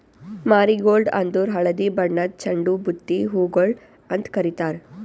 marigold ಅಂದುರ್ ಹಳದಿ ಬಣ್ಣದ್ ಚಂಡು ಬುತ್ತಿ ಹೂಗೊಳ್ ಅಂತ್ ಕಾರಿತಾರ್